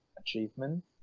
achievement